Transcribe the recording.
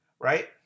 right